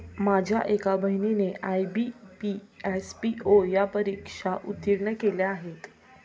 माझ्या एका बहिणीने आय.बी.पी, एस.पी.ओ या परीक्षा उत्तीर्ण केल्या आहेत